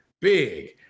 big